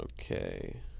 Okay